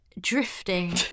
drifting